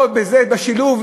או בזה לעשות שילוב,